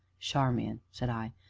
charmian! said i,